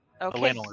Okay